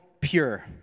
pure